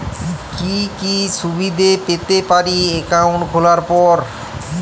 কি কি সুবিধে পেতে পারি একাউন্ট খোলার পর?